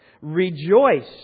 Rejoice